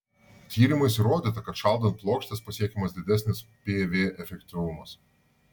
tyrimais įrodyta kad šaldant plokštes pasiekiamas didesnis pv efektyvumas